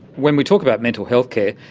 when we talk about mental health care,